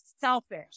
selfish